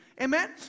Amen